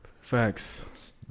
facts